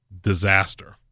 disaster